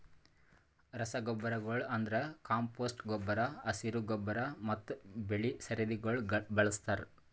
ರಸಗೊಬ್ಬರಗೊಳ್ ಅಂದುರ್ ಕಾಂಪೋಸ್ಟ್ ಗೊಬ್ಬರ, ಹಸಿರು ಗೊಬ್ಬರ ಮತ್ತ್ ಬೆಳಿ ಸರದಿಗೊಳ್ ಬಳಸ್ತಾರ್